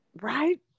Right